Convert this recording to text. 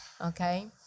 Okay